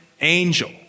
angel